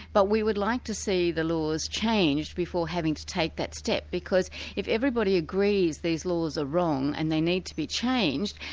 but we would like to see the laws changed before having to take that step, because if everybody agrees these laws are wrong and they need to be changed,